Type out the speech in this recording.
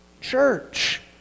church